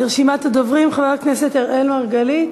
לרשימת הדוברים: חבר הכנסת אראל מרגלית,